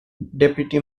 deputy